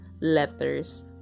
letters